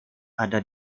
ada